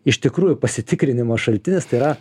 iš tikrųjų pasitikrinimo šaltinis tai yra